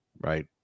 right